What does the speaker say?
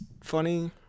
funny